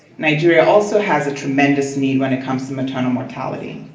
nigeria also has a tremendous need when it comes to maternal mortality.